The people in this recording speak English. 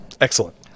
excellent